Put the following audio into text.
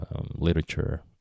literature